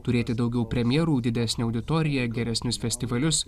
turėti daugiau premjerų didesnę auditoriją geresnius festivalius